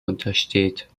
untersteht